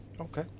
Okay